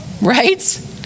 right